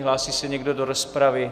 Hlásí se někdo do rozpravy?